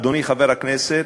אדוני חבר הכנסת,